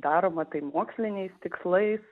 daroma tai moksliniais tikslais